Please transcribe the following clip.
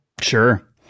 Sure